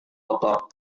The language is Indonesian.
kotor